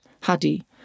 Hadi